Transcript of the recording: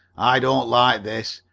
i don't like this,